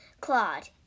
Claude